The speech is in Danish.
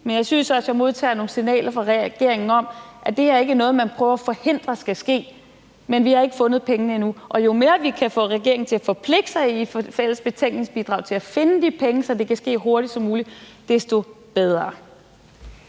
Men jeg synes også, at jeg modtager nogle signaler fra regeringen om, at det her ikke er noget, man prøver at forhindre skal ske, men vi har ikke fundet pengene endnu, og jo mere vi kan få regeringen til at forpligte sig i et fælles betænkningsbidrag til at finde de penge, så det kan ske så hurtigt som muligt, desto bedre.